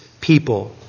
people